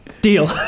Deal